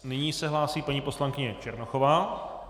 Nyní se hlásí paní poslankyně Černochová.